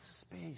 space